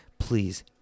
please